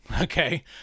okay